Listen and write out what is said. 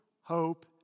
hope